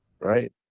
right